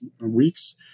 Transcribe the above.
weeks